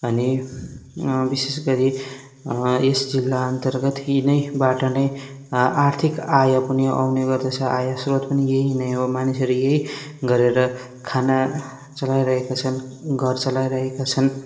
अनि विशेष गरी यस जिल्ला अन्तर्गत यिनैबाट नै आ आर्थिक आय पनि आउने गर्दछ आय श्रोत पनि यही नै हो मानिसहरू यही गरेर खाना चलाइरहेका छन् घर चलाइरहेका छन्